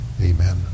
amen